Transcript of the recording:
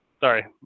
sorry